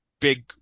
big